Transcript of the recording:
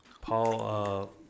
Paul